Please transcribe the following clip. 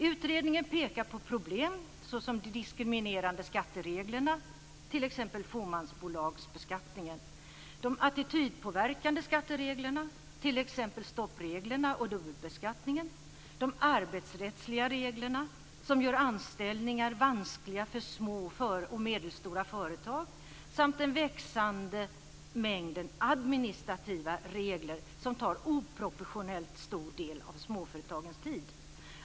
Utredningen pekar på problem såsom de diskriminerande skattereglerna, t.ex. fåmansbolagsbeskattningen, de attitydpåverkande skattereglerna, t.ex. stoppreglerna och dubbelbeskattningen, de arbetsrättsliga reglerna som gör anställningar vanskliga för små och medelstora företag samt den växande mängden administrativa regler som tar oproportionerligt stor del av småföretagens tid.